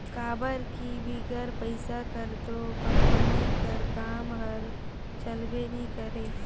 काबर कि बिगर पइसा कर दो कंपनी कर काम हर चलबे नी करे